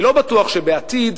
אני לא בטוח שבעתיד,